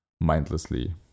mindlessly